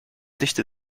dichte